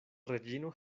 reĝino